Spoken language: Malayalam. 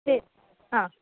ശരി ആ